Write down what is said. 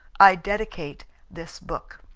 i dedicate this book.